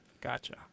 Gotcha